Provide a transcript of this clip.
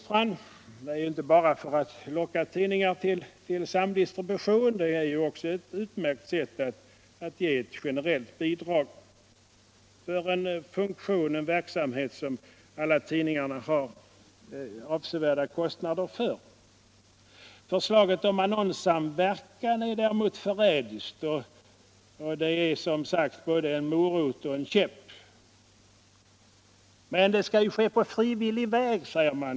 Det är ju inte bara för att locka tidningarna till samdistribution, det är också ett utmärkt sätt att ge ett generellt bidrag för en verksamhet som alla tidningarna har avsevärda kostnader för. Förslaget om bidrag till annonssamverkan är däremot förrädiskt. Det är som någon sagt både en morot och en käpp. denna samverkan skall ju ske på frivillighetens väg, säger man.